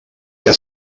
que